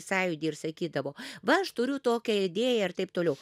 sąjūdį ir sakydavo va aš turiu tokią idėją ir taip toliau